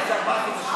יצאנו לפגרה,